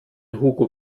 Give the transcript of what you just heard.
hugo